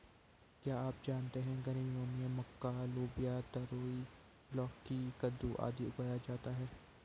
क्या आप जानते है गर्मियों में मक्का, लोबिया, तरोई, लौकी, कद्दू, आदि उगाया जाता है?